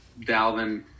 Dalvin